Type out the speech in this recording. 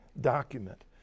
document